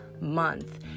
month